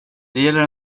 gäller